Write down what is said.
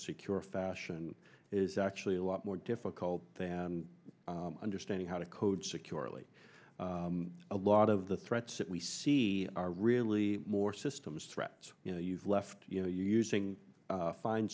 secure fashion is actually a lot more difficult than understanding how to code securely a lot of the threats that we see are really more systems threats you know you've left you know using